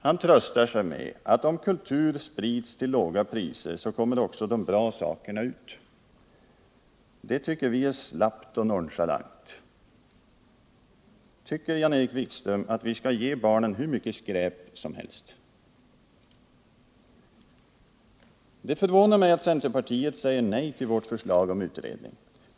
Han tröstar sig med att om kultur sprids till låga priser, kommer också de bra sakerna ut. Det tycker vi är slappt och nonchalant. Tycker Jan-Erik Wikström att vi skall ge barnen hur mycket skräp som helst? Det förvånar mig att centerpartiet säger nej till vårt förslag om utredning.